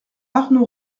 arnaud